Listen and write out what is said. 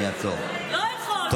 לא יכול.